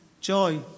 Joy